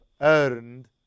earned